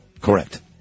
Correct